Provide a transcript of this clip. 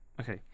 Okay